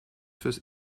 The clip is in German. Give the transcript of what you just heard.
fürs